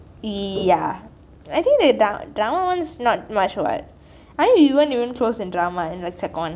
ya I think the drama ones were not much what I mean we weren't even close in drama in like sec one